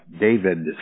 David